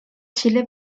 chile